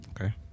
okay